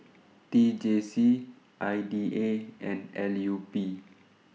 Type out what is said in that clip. T J C I D A and L U P